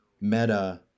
meta